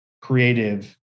creative